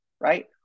right